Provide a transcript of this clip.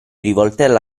rivoltella